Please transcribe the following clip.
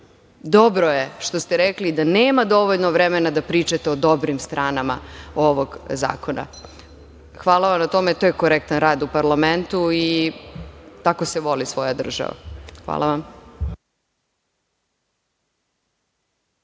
dobro je što ste rekli da nema dovoljno vremena da pričate o dobrim stranama ovog zakona. Hvala vam na tome, to je korektan rad u parlamentu i tako se voli svoja država. **Vladimir